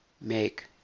make